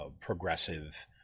progressive